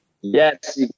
yes